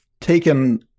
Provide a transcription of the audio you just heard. taken